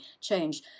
change